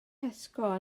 tesco